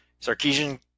Sarkeesian –